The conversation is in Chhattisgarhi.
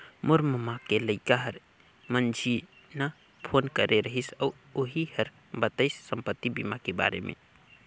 मोर ममा के लइका हर मंझिन्हा फोन करे रहिस अउ ओही हर बताइस संपति बीमा के बारे मे